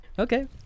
okay